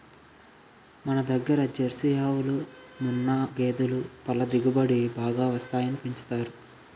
మనదగ్గర జెర్సీ ఆవులు, ముఱ్ఱా గేదులు పల దిగుబడి బాగా వస్తాయని పెంచుతారు